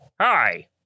Hi